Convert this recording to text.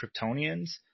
Kryptonians